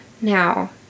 Now